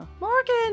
morgan